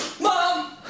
Mom